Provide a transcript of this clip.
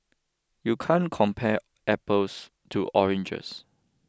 you can't compare apples to oranges